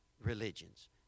religions